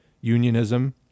unionism